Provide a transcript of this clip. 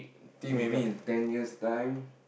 think maybe in ten years time